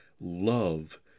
love